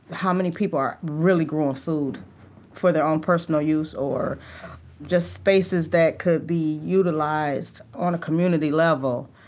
how many people are really growing food for their own personal use or just spaces that could be utilized on a community level,